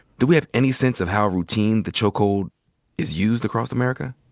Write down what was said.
do we have any sense of how routine the chokehold is used across america?